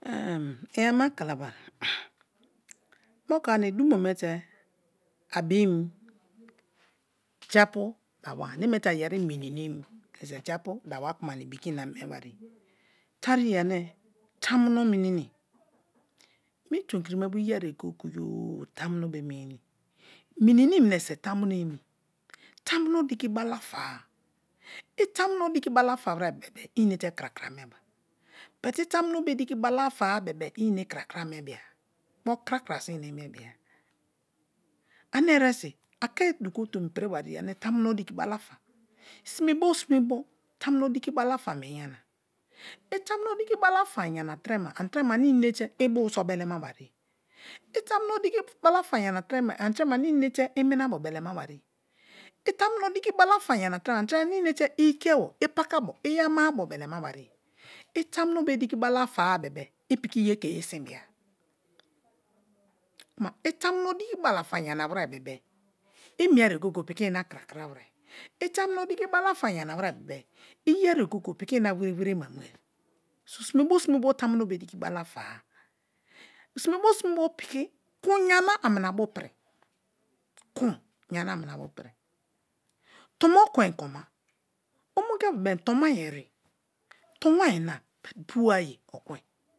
iya ma kalabari moku ani dumo me te a bim japu dawa, ane me te yeri mininim mineso japu dawa kuma ani ibi ke ina miebariye tariye ane tamuno minimi, mi tonikiri me bo i yerite goye-goye tamuno be mie nimi. Minini mineso tamuno enai tamuno diki balafa-a. I tamuno diki balafa were bebe-e i inate krakra mie ba bu i tamuno be diki balafara bebe-e i inate krakra mie bia gbonu krakra so inate mie bia ane oresin a ke dugo tomi piri wariye ane tamudiki balafa since iro simebo tamuno diki balafa mie yana i tamu diki balafa yana tre me ane inate ibu so belemawariye i tamuno diki balafa yana treme ani treme ane inate iminabo belema ba re, i tamuno diki balafa yana treme ani treme ane inate ikiabo, ipakabo i ama-abo belema bariye, i tamuno be tikibala-fa-a be-e i piki ye ke yesin bia, kuma i tamuno diki balafa yana were bebe-e i mie ye goye goye piki ina krakra were, i tamuno diki balafa yana were bebe-e i yeri ye go-go-e piki ina wērē wērē ma mue, sime bo sime bo tamuno be diki bala-fa sime bo sime bo piki kun yana amina bu pri. Toma ekwen koma omongiapu be-em tomwine eri, tonwine na but buma ayi ekwen.